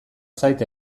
zait